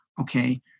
Okay